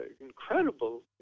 incredible